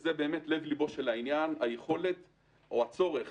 שזה לב ליבו של העניין היכולת או הצורך